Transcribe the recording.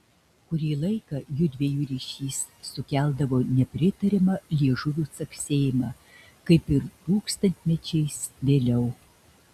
kurį laiką jųdviejų ryšys sukeldavo nepritariamą liežuvių caksėjimą kaip ir tūkstantmečiais vėliau